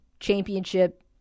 Championship